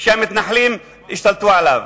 שהמתנחלים השתלטו עליו.